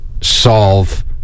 solve